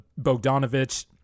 bogdanovich